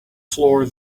floor